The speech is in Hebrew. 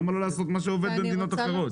למה לא לעשות מה שעובד במדינות אחרות?